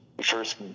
first